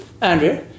Andrew